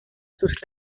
sus